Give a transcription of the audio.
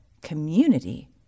Community